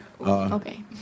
okay